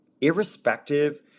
Irrespective